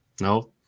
No